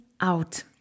out